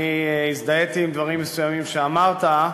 אני הזדהיתי עם דברים מסוימים שאמרת,